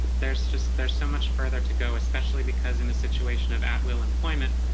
there's just there's so much further to go especially because in a situation of at-will employment